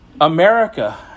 America